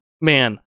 man